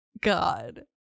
God